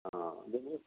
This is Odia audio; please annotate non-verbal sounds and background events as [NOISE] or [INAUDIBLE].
ହଁ [UNINTELLIGIBLE]